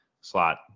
slot